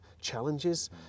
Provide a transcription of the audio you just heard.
challenges